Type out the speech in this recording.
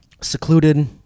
Secluded